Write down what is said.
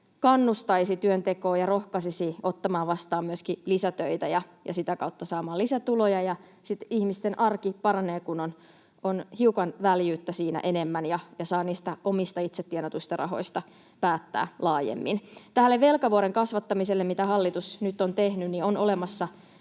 kannustaisi työntekoon ja rohkaisisi ottamaan vastaan myöskin lisätöitä ja sitä kautta saamaan lisätuloja, ja sitten ihmisten arki paranee, kun on siinä hiukan enemmän väljyyttä ja saa niistä omista, itse tienatuista rahoista päättää laajemmin. Tälle velkavuoren kasvattamiselle, mitä hallitus nyt on tehnyt, on olemassa